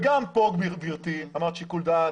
גם כאן, גברתי, אמרת שיקול דעת,